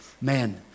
man